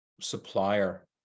supplier